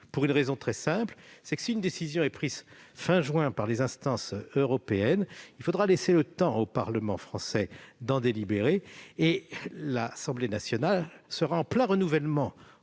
pour une raison très simple : si une décision est prise à la fin du mois de juin par les instances européennes, il faudra laisser le temps au Parlement français d'en délibérer. Or l'Assemblée nationale sera alors en plein renouvellement